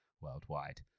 worldwide